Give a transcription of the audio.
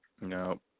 No